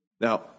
Now